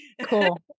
Cool